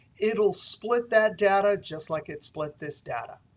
it will split that data just like it split this data.